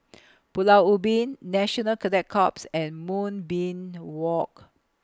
Pulau Ubin National Cadet Corps and Moonbeam Walk